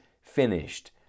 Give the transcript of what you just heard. finished